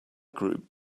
group